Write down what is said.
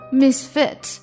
misfit